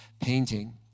painting